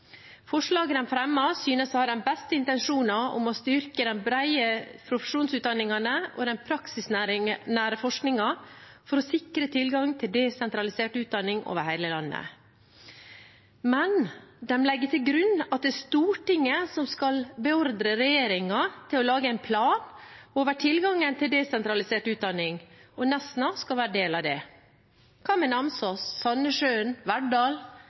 Forslaget de fremmer, synes å ha de beste intensjoner om å styrke de brede profesjonsutdanningene og den praksisnære forskningen for å sikre tilgang til desentralisert utdanning over hele landet. Men de legger til grunn at det er Stortinget som skal beordre regjeringen til å lage en plan over tilgangen til desentralisert utdanning, og Nesna skal være en del av det. Hva med Namsos, Sandnessjøen, Verdal